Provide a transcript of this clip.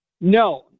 no